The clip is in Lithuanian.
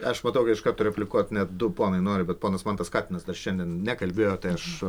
aš matau kad iš karto replikuot net du ponai nori bet ponas mantas katinas dar šiandien nekalbėjo tai aš